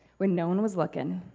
when no one was looking